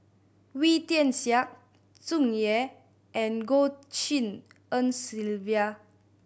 Wee Tian Siak Tsung Yeh and Goh Tshin En Sylvia